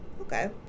okay